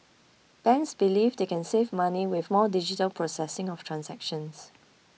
banks believe they can save money with more digital processing of transactions